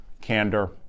candor